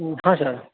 हँ सर